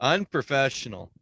Unprofessional